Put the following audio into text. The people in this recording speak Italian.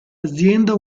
azienda